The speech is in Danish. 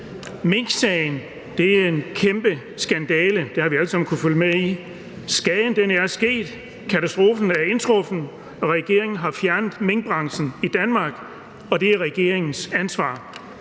alle sammen kunnet følge med i. Skaden er sket, katastrofen er indtruffet, og regeringen har fjernet minkbranchen i Danmark, og det er regeringens ansvar.